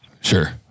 Sure